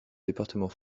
département